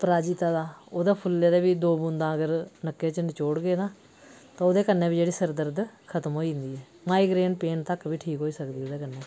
अपराजिता दा ओह्दे फुल्ले दी बी दो बूंदा अगर नक्के च नचोड़गे ना तां ओह्दे कन्नै बी जेह्ड़ी सिर दर्द खत्म होई जंदी माइग्रेन पेन तक बी ठीक होई सकदी ओह्दे कन्नै